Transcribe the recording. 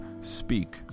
Speak